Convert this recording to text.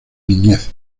niñez